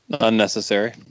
Unnecessary